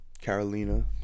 Carolina